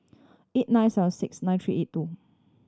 eight nine seven six nine three eight two